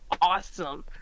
awesome